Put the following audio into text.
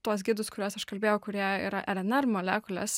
tuos gidus kuriuos aš kalbėjau kurie yra rnr molekulės